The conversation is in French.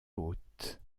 haute